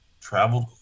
traveled